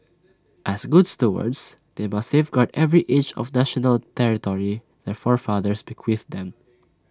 as good stewards they must safeguard every inch of national territory their forefathers bequeathed them